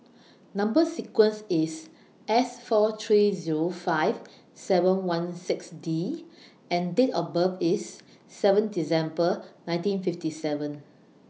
Number sequence IS S four three Zero five seven one six D and Date of birth IS seven December nineteen fifty seven